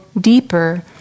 deeper